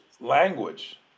language